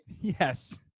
Yes